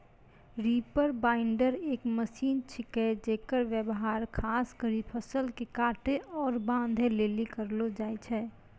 reaper binder एक machine छिकै जेकर व्यवहार खास करी फसल के काटै आरू बांधै लेली करलो जाय छै